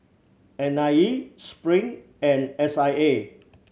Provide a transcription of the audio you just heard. N I E Spring and S I A